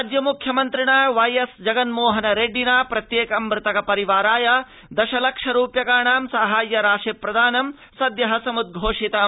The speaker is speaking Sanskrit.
राज्य मुख्यमन्त्रिणा वाईएस्जगन्मोहन रेड्डिना प्रत्येक मृतक परिवाराय दश लक्ष रूप्यकाणां साहाय्य राशि प्रदानं सद्यः समुद्घोषितम्